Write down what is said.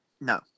No